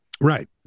Right